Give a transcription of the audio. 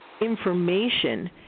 information